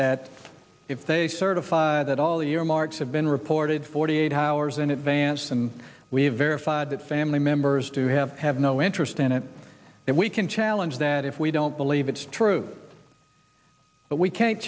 that if they certify that all the earmarks have been reported forty eight hours in advance and we have verified that family members do have have no interest in it then we can challenge that if we don't believe it's true but we can't